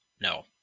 no